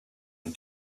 and